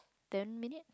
ten minute